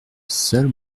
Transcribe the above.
seule